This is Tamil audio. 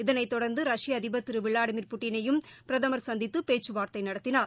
இதனை தொடர்ந்து ரஷ்ய அதிபர் திரு விளாடிமிர் புட்டினையும் பிரதமர் சந்தித்து பேச்சுவார்தை நடத்தினார்